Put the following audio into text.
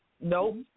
Nope